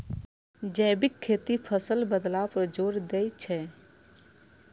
जैविक खेती फसल बदलाव पर जोर दै छै